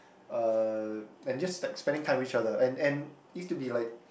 uh and just like spending time with each other and and used to be like